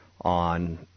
on